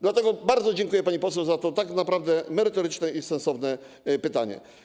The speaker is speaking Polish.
Dlatego bardzo dziękuję pani poseł za to naprawdę merytoryczne i sensowne pytanie.